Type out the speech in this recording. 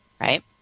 Right